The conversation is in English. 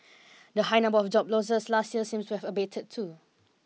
the high number of job losses last year seems to have abated too